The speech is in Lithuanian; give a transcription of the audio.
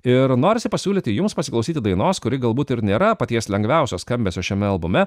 ir norisi pasiūlyti jums pasiklausyti dainos kuri galbūt ir nėra paties lengviausio skambesio šiame albume